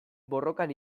borrokan